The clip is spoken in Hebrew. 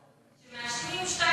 למשל,